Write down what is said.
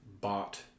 bought